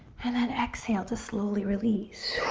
and then exhale to slowly release.